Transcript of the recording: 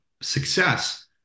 success